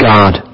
God